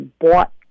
bought